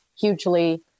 hugely